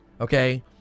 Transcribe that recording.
okay